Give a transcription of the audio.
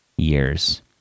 years